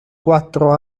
quattro